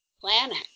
planet